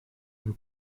and